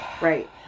Right